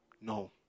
No